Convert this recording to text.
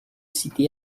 cité